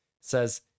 says